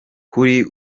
kuri